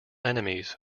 enemies